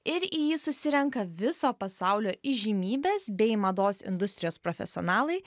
ir į jį susirenka viso pasaulio įžymybės bei mados industrijos profesionalai